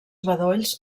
bedolls